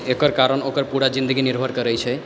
एकर कारण ओकर पूरा जिन्दगी निर्भर करै छै